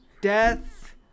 Death